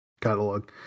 catalog